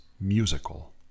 musical